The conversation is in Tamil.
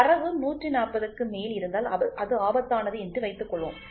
தரவு 140 க்கு மேல் இருந்தால் அது ஆபத்தானது என்று வைத்துக் கொள்வோம்